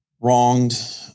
wronged